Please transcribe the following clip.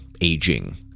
aging